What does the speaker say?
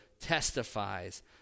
testifies